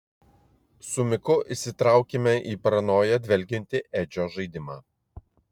su miku įsitraukėme į paranoja dvelkiantį edžio žaidimą